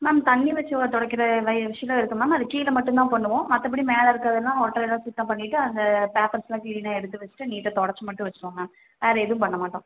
ma'am தண்ணி வச்சு தொடைக்கிற வை மிஷினும் இருக்கு மேம் அது கீழ மட்டும் தான் பண்ணுவோம் மற்றப்படி மேலே இருக்கிறதெல்லாம் ஒட்டறை எல்லாம் சுத்தம் பண்ணிவிட்டு அந்த பேப்பர்ஸ் எல்லாம் க்ளீனாக எடுத்து வச்சிவிட்டு நீட்டாக தொடைச்சி மட்டும் வச்சுருவோம் மேம் வேறு எதுவும் பண்ண மாட்டோம்